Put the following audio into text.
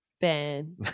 ben